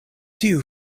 tiu